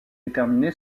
déterminée